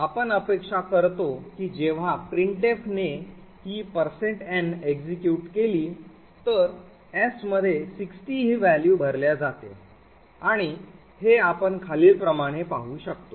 तर आपण अपेक्षा करतो की जेव्हा प्रिंटफ ने ही n execute केली तर s मध्ये 60 हि value भरल्या जाते आणि हे आपण खालीलप्रमाणे पाहू शकतो